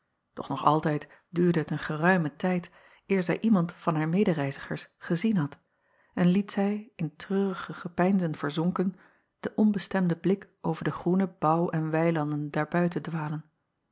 doch nog altijd acob van ennep laasje evenster delen duurde het een geruimen tijd eer zij iemand van haar medereizigers gezien had en liet zij in treurige gepeinzen verzonken den onbestemden blik over de groene bouw en weilanden daarbuiten